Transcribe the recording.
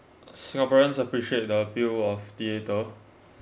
singaporeans have appreciate the appeal of theatre